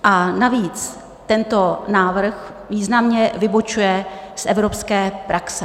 A navíc tento návrh významně vybočuje z evropské praxe.